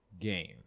game